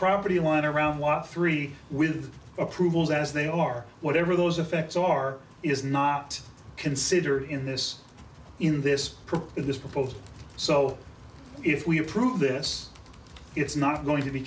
property line around law three with approvals as they are whatever those effects are is not considered in this in this is this proposed so if we approve this it's not going to be